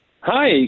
hi